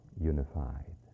unified